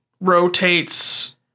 rotates